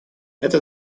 это